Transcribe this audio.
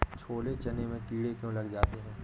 छोले चने में कीड़े क्यो लग जाते हैं?